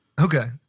Okay